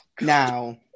Now